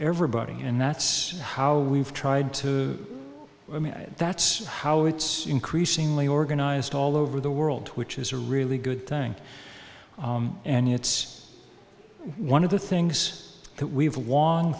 everybody and that's how we've tried to i mean that's how it's increasingly organized all over the world which is a really good thing and it's one of the things that we've lon